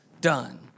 done